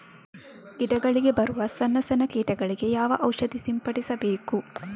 ಗಿಡಗಳಿಗೆ ಬರುವ ಸಣ್ಣ ಸಣ್ಣ ಕೀಟಗಳಿಗೆ ಯಾವ ಔಷಧ ಸಿಂಪಡಿಸಬೇಕು?